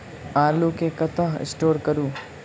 आलु केँ कतह स्टोर करू?